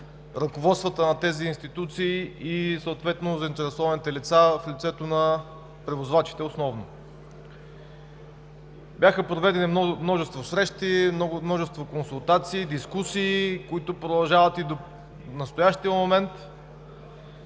ръководствата на тези институции и заинтересованите в лицето на превозвачите основно. Бяха проведени множество срещи, множество консултации, дискусии, които продължават и до настоящия момент.